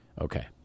Okay